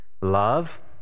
love